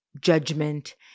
judgment